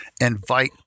invite